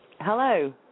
Hello